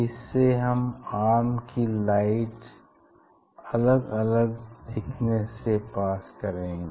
इससे इस आर्म की लाइट अलग अलग थिकनेस से पास करेगी